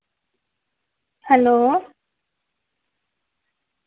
hello